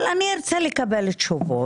אבל ארצה לקבל תשובות.